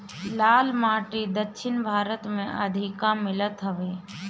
लाल माटी दक्षिण भारत में अधिका मिलत हवे